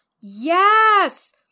Yes